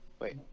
Wait